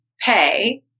pay